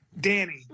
Danny